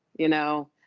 you know?